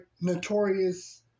notorious